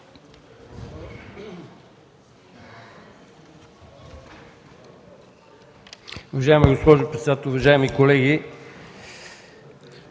Уважаема госпожо председател, уважаеми колеги!